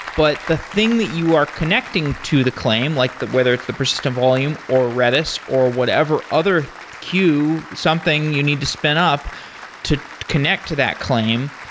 but the thing that you are connecting to the claim, like whether it's the persistent volume, or redis, or whatever other queue, something you need to spin up to connect to that claim,